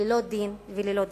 ללא דין וללא דיין.